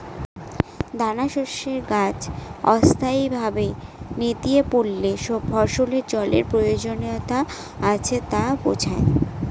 দানাশস্যের গাছ অস্থায়ীভাবে নেতিয়ে পড়লে ফসলের জলের প্রয়োজনীয়তা আছে সেটা বোঝায়